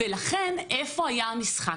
לכן איפה היה המשחק?